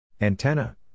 Antenna